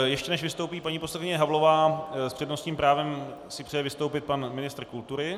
Ještě než vystoupí paní poslankyně Havlová, s přednostním právem si přeje vystoupit pan ministr kultury.